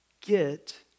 get